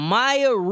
Maya